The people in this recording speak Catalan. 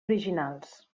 originals